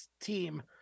team